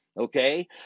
Okay